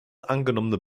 angenommene